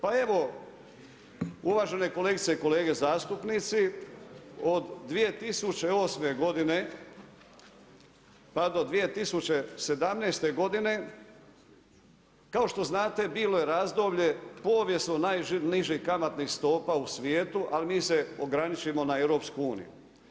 Pa evo, uvažene kolegice i kolege zastupnici, od 2008. godine pa do 2017. godine kao što znate bilo je razdoblje povijesno najnižih kamatnih stopa u svijetu, ali mi se ograničimo na EU.